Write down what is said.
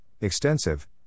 extensive